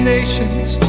Nations